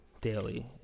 daily